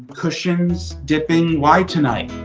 cushions, dipping, why tonight?